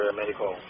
medical